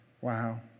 Wow